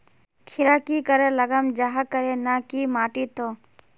खीरा की करे लगाम जाहाँ करे ना की माटी त?